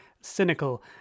cynical